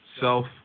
self